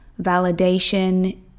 validation